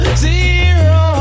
zero